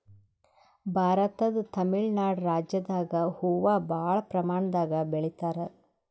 ಭಾರತದ್ ತಮಿಳ್ ನಾಡ್ ರಾಜ್ಯದಾಗ್ ಹೂವಾ ಭಾಳ್ ಪ್ರಮಾಣದಾಗ್ ಬೆಳಿತಾರ್